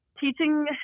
teaching